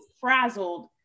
frazzled